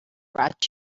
brought